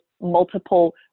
multiple